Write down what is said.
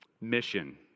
mission